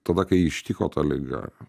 tada kai ištiko ta liga